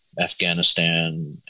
Afghanistan